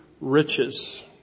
Riches